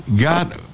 got